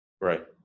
Right